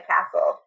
Castle